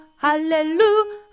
Hallelujah